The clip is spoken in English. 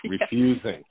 refusing